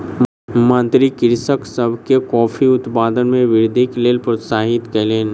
मंत्री कृषक सभ के कॉफ़ी उत्पादन मे वृद्धिक लेल प्रोत्साहित कयलैन